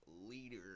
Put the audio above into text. leader